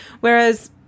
Whereas